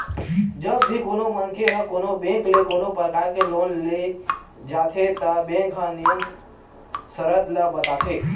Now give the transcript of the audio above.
जब भी कोनो मनखे ह कोनो बेंक ले कोनो परकार के लोन ले जाथे त बेंक ह नियम सरत ल बताथे